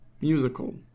musical